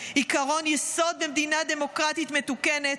עקרון יסוד במדינה דמוקרטית מתוקנת.